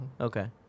Okay